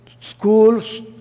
schools